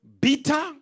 bitter